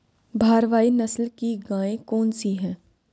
भारवाही नस्ल की गायें कौन सी हैं?